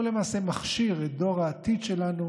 הוא למעשה מכשיר את דור העתיד שלנו